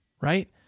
right